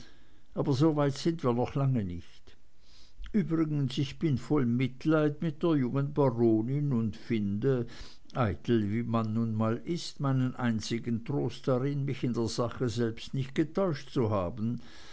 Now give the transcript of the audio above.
aber so weit sind wir noch lange nicht übrigens bin ich voll mitleid mit der jungen baronin und finde eitel wie man nun mal ist meinen einzigen trost darin mich in der sache selbst nicht getäuscht zu haben